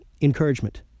encouragement